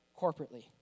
corporately